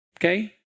okay